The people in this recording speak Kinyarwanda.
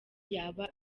yaba